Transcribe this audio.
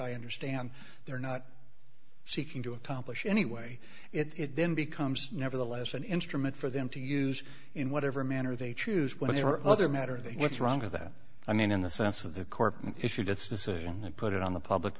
i understand they're not seeking to accomplish anyway it then becomes nevertheless an instrument for them to use in whatever manner they choose whatever other matter they what's wrong with that i mean in the sense of the court issued its decision and put it on the public